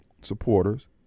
supporters